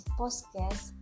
podcast